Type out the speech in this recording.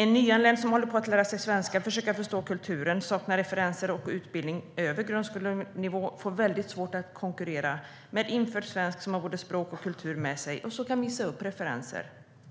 En nyanländ som håller på att lära sig svenska, försöker förstå kulturen och saknar referenser och utbildning över grundskolenivå får väldigt svårt att konkurrera med en infödd svensk som har både språk och kultur med sig och som kan visa upp referenser,